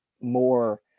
more